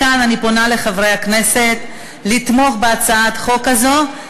מכאן אני פונה לחברי הכנסת לתמוך בהצעת החוק הזאת,